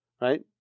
Right